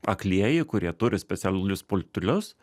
aklieji kurie turi specialius pultelius